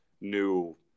new